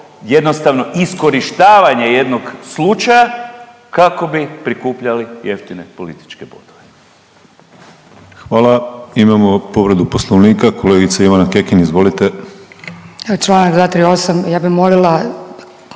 jednostavno iskorištavanje jednog slučaja kako bi prikupljali jeftine političke bodove. **Penava, Ivan (DP)** Hvala. Imamo povredu poslovnika, kolegica Ivana Kekin. Izvolite. **Kekin, Ivana